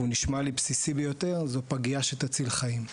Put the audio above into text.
והוא נשמע לי בסיסי ביותר, זה פגייה שתציל חיים,